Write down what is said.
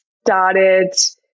started